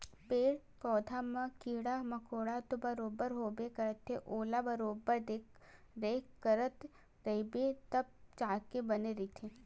पेड़ पउधा म कीरा मकोरा तो बरोबर होबे करथे ओला बरोबर देखरेख करत रहिबे तब जाके बने रहिथे